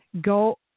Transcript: Go